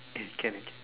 can can